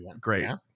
Great